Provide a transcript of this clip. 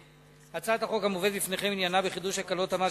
הצעת החוק המובאת בפניכם עניינה בחידוש הקלות המס